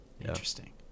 Interesting